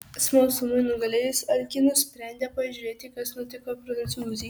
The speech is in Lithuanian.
smalsumui nugalėjus alkį nusprendė pažiūrėti kas nutiko prancūzei